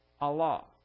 Allah